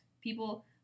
People